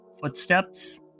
footsteps